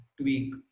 tweak